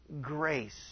grace